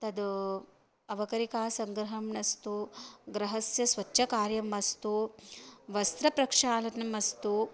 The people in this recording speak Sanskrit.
तत् अवकरिकासङ्ग्रहम् अस्तु ग्रहस्य स्वच्छकार्यम् अस्तु वस्त्रप्रक्षालनम् अस्तु